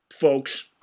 folks